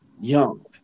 young